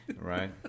right